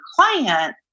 client